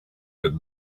good